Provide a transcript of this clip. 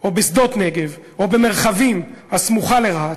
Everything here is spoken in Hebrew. או בשדות-נגב או במרחבים הסמוכה לרהט,